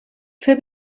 fer